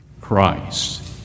Christ